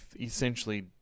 essentially